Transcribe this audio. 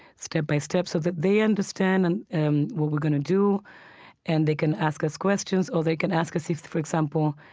step by step. so that they understand and and what we're going to do and they can ask us questions or they can ask us if, for example,